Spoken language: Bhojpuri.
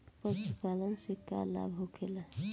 पशुपालन से का लाभ होखेला?